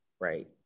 right